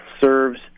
serves